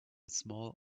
small